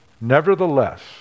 Nevertheless